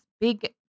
big